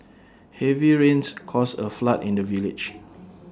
heavy rains caused A flood in the village